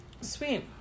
Sweet